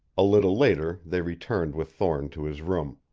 a little later they returned with thorne to his room.